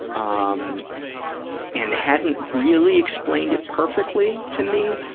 um and hadn't really explained it perfectly to me,